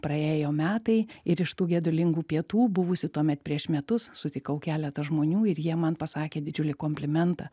praėjo metai ir iš tų gedulingų pietų buvusių tuomet prieš metus sutikau keletą žmonių ir jie man pasakė didžiulį komplimentą